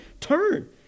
turn